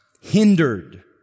hindered